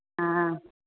हा